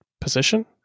position